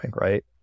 right